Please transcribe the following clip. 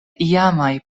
iamaj